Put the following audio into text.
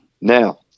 Now